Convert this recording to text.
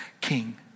king